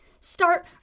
start